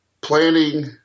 planning